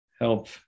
help